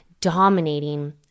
dominating